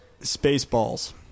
Spaceballs